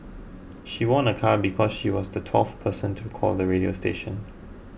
she won a car because she was the twelfth person to call the radio station